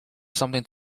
something